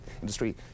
industry